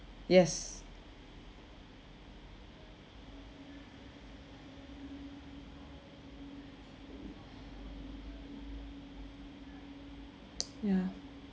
yes ya